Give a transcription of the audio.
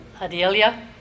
Adelia